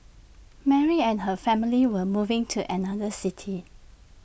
Mary and her family were moving to another city